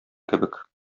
кебек